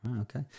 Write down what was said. Okay